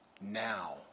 Now